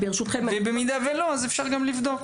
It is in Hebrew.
ואם לא, אפשר לבדוק.